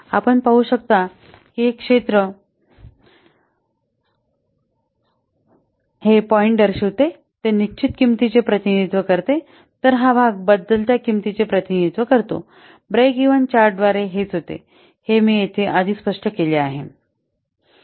आपण पाहू शकता की हे क्षेत्र हे पॉईंट दर्शविते ते निश्चित किंमतीचे प्रतिनिधित्व करते तर हा भाग बदलत्या किंमतीचा प्रतिनिधित्व करतो ब्रेक इव्हॅन चार्टद्वारे हेच होते हे मी येथे आधीच स्पष्ट केले आहे